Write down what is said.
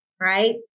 right